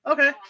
Okay